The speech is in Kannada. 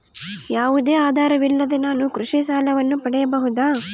ಯಾವುದೇ ಆಧಾರವಿಲ್ಲದೆ ನಾನು ಕೃಷಿ ಸಾಲವನ್ನು ಪಡೆಯಬಹುದಾ?